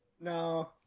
no